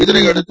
இதனையடுத்து